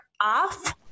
off